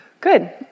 good